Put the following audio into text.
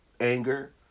anger